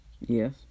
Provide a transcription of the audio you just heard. Yes